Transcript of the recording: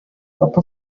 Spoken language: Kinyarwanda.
papa